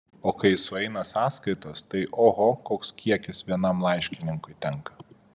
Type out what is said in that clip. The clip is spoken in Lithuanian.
o kai sueina sąskaitos tai oho koks kiekis vienam laiškininkui tenka